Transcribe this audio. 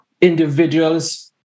individuals